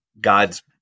God's